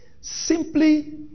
simply